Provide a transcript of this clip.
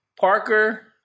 Parker